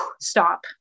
stop